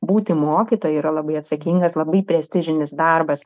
būti mokytoju yra labai atsakingas labai prestižinis darbas